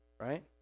Right